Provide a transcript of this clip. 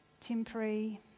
temporary